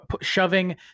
shoving